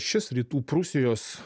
šis rytų prūsijos